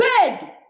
bed